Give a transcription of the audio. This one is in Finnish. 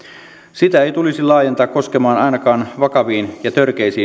sitä ei tulisi laajentaa koskemaan ainakaan vakavista ja törkeistä